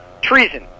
Treason